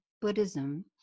Buddhism